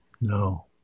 No